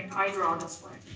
i draw this way.